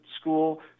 School